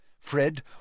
Fred